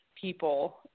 people